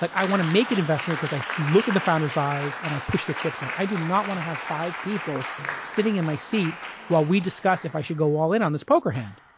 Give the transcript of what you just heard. like i want to make an investment because i so look at the founder size and i push the chips in. i do not want to have five people sitting in my seat while we discuss if i should go all in on this poker hand.